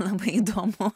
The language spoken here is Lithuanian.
labai įdomu